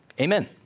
amen